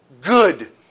good